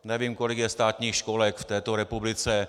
Nevím, kolik je státních školek v této republice.